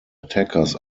attackers